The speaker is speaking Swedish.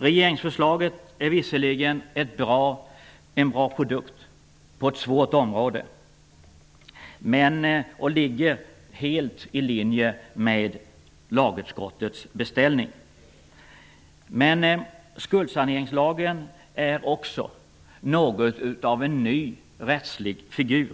Regeringsförslaget är visserligen en bra produkt på ett svårt område och ligger helt i linje med lagutskottets beställning. Men skuldsaneringslagen är också något av en ny rättslig figur